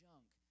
Junk